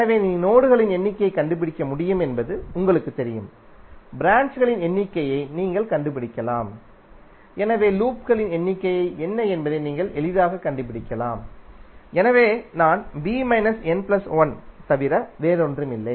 எனவே நீங்கள் நோடுகளின் எண்ணிக்கையை கண்டுபிடிக்க முடியும் என்பது உங்களுக்குத் தெரியும் ப்ராஞ்ச்களின் எண்ணிக்கையை நீங்கள் கண்டுபிடிக்கலாம் எனவே லூப்களின் எண்ணிக்கை என்ன என்பதை நீங்கள் எளிதாகக் கண்டுபிடிக்கலாம் எனவே நான் b minus n plus one தவிர வேறொன்றுமில்லை